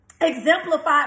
exemplified